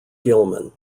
gilman